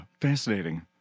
fascinating